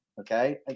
Okay